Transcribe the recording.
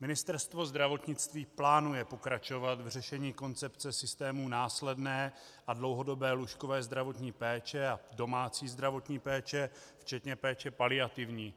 Ministerstvo zdravotnictví plánuje pokračovat v řešení koncepce systému následné a dlouhodobé lůžkové zdravotní péče a domácí zdravotní péče, včetně péče paliativní.